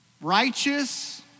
righteous